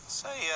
say